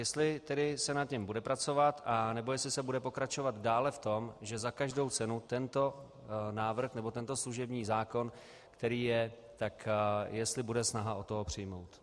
Jestli se tedy nad tím bude pracovat, anebo jestli se bude pokračovat dále v tom, že za každou cenu tento návrh, nebo tento služební zákon, který je, jestli bude snaha o to, ho přijmout.